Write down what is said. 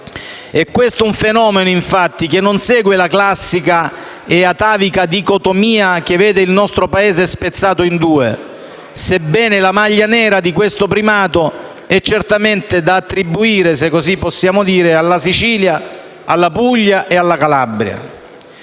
È questo un fenomeno, infatti, che non segue la classica e atavica dicotomia che vede il nostro Paese spezzato in due, sebbene la maglia nera di questo primato, sia certamente da attribuire, se così possiamo dire, alla Sicilia, alla Puglia e alla Calabria.